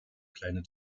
kleine